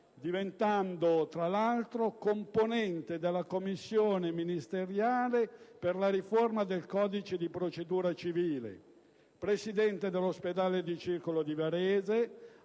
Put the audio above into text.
divenne, tra l'altro, componente della Commissione ministeriale per la riforma del codice di procedura civile, presidente dell'ospedale di Varese,